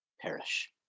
perish